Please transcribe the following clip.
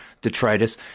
detritus